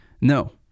No